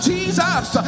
Jesus